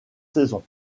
saisons